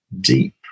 deep